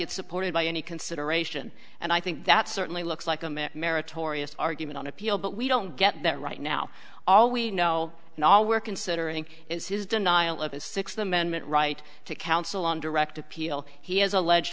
it's supported by any consideration and i think that certainly looks like a man meritorious argument on appeal but we don't get that right now all we know and all we're considering is his denial of his sixth amendment right to counsel on direct appeal he has alleged